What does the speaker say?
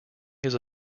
his